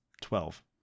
Twelve